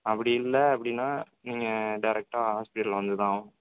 அப்படி இல்லை அப்படின்னா நீங்கள் டேரக்ட்டாக ஹாஸ்பிட்டல் வந்து தான் ஆகணும்